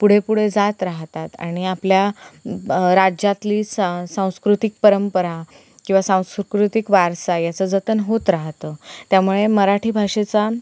पुढे पुढे जात राहतात आणि आपल्या ब राज्यातली सा सांस्कृतिक परंपरा किंवा सांस्कृतिक वारसा याचं जतन होत राहतं त्यामुळे मराठी भाषेचा